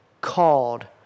called